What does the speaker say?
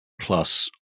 plus